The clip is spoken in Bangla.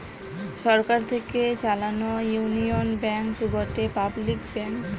সরকার থেকে চালানো ইউনিয়ন ব্যাঙ্ক গটে পাবলিক ব্যাঙ্ক